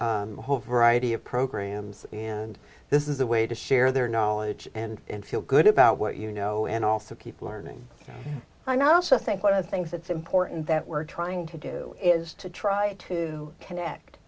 hope variety of programs and this is a way to share their knowledge and feel good about what you know and also keep learning are not also think what is things that's important that we're trying to do is to try to connect